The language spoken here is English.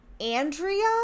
Andrea